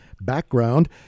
background